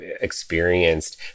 experienced